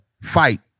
Fight